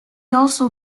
also